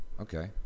okay